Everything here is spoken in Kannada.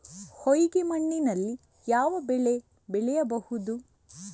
ಹೊಯ್ಗೆ ಮಣ್ಣಿನಲ್ಲಿ ಯಾವ ಬೆಳೆ ಬೆಳೆಯಬಹುದು?